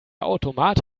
automat